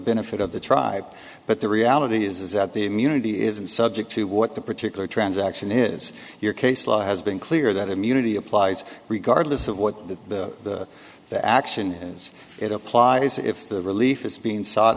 benefit of the tribe but the reality is that the immunity isn't subject to what the particular transaction is your case law has been clear that immunity applies regardless of what the action is it applies if the relief is being s